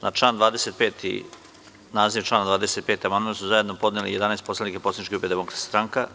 Na član 25. naziv člana 25. amandman su zajedno podneli 11 poslanika poslaničke grupe DS.